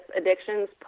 addictions